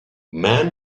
man